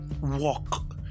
walk